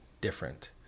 different